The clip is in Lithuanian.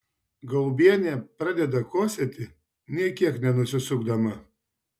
gaubienė pradeda kosėti nė kiek nenusisukdama